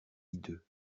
hideux